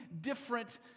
different